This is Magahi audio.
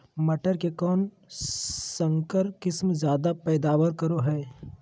मटर के कौन संकर किस्म जायदा पैदावार करो है?